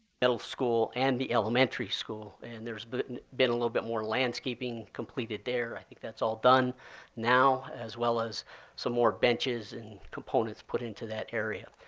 middle school and the elementary school. and there's and been a little bit more landscaping completed there. i think that's all done now, as well as some more benches and components put into that area.